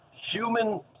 human